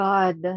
God